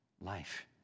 life